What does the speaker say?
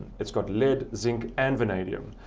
it's got lead, zinc and vanadium.